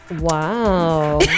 Wow